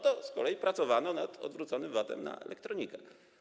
To z kolei pracowano nad odwróconym VAT-em na elektronikę.